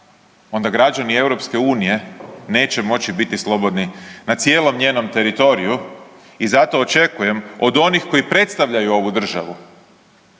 onda građani EU neće moći biti slobodni na cijelom njenom teritoriju i zato očekujem od onih koji predstavljaju ovu državu,